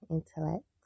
Intellect